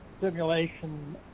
simulation